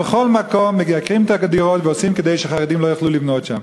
בכל מקום מייקרים את הדירות ועושים כדי שחרדים לא יוכלו לבנות שם.